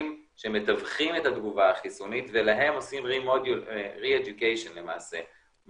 שמתווכים את התגובה החיסונית ולהם עושים רי-אדיוקיישן למעשה.